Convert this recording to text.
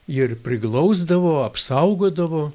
ir priglausdavo apsaugodavo